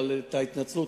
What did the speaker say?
אבל את ההתנצלות,